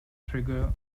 trigger